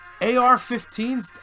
AR-15s